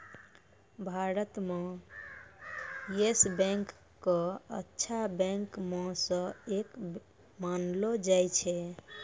भारत म Yes Bank क अच्छा बैंक म स एक मानलो जाय छै